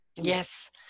Yes